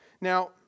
Now